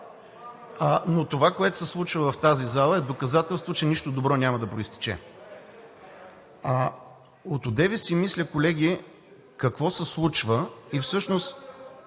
но това, което се случва в тази зала, е доказателство, че нищо добро няма да произтече. От одеве си мисля, колеги, какво се случва и всъщност…